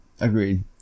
Agreed